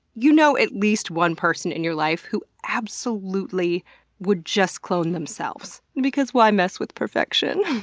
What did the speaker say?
you know at least one person in your life who absolutely would just clone themselves, because why mess with perfection?